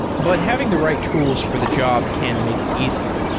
but having the right tools for the job can make it easier.